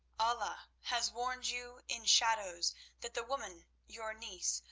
allah has warned you in shadows that the woman, your niece,